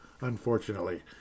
unfortunately